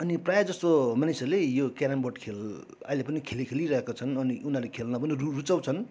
अनि प्रायःजस्तो मानिसहरूले यो क्यारम बोर्ड खेल अहिले पनि खेलि खेलिरहेको छन् अनि उनीहरूले खेल्न पनि रुचाउँछन्